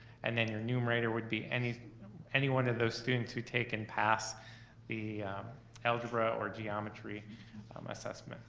and then your numerator would be any any one of those students who take and pass the algebra or geometry um assessment.